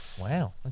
Wow